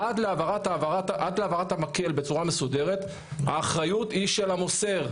עד להעברת המקל בצורה מסודרת האחריות היא של המוסר.